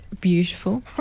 beautiful